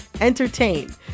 entertain